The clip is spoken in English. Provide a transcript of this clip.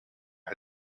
had